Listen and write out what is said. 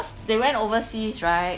they went overseas right